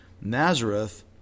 Nazareth